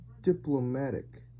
diplomatic